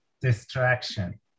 distraction